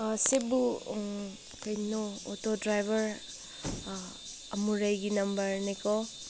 ꯁꯤꯕꯨ ꯀꯩꯅꯣ auto driver ꯑꯃꯨꯔꯩꯒꯤ ꯅꯝꯕꯔꯅꯦꯀꯣ